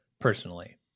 personally